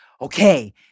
okay